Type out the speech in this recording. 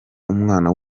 umwana